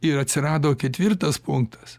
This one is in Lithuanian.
ir atsirado ketvirtas punktas